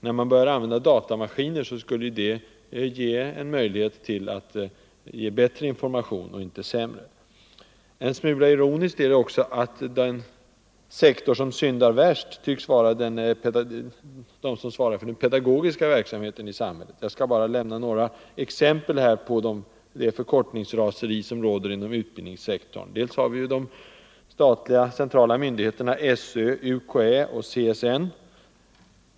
När datamaskinerna infördes borde man ha fått bättre information och inte sämre. En smula ironiskt är det också, att de värsta syndarna tycks vara de som svarar för den pedagogiska verksamheten i samhället. Jag skall lämna några exempel på det förkortningsraseri som råder inom utbildningssektorn. Dels har vi de statliga centrala myndigheterna SÖ, UKÄ och CSN.